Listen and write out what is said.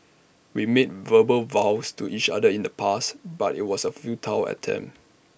we made verbal vows to each other in the past but IT was A futile attempt